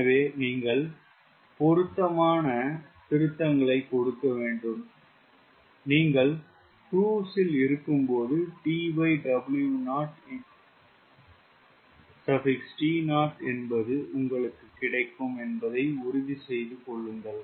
எனவே நீங்கள் பொருத்தமான திருத்தங்களை கொடுக்க வேண்டும் நீங்க க்ரூஸ் இருக்கும் போது TWOTO என்பது உங்களுக்கு கிடைக்கும் என்பதை உறுதி செய்துக்கொள்ளுங்கள்